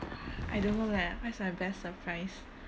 I don't know leh what's my best surprise